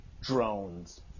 Drones